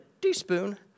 teaspoon